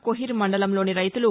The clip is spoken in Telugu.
కోహిర్ మండలంలోని రైతులు